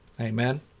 Amen